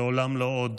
לעולם לא עוד.